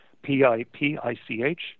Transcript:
P-I-P-I-C-H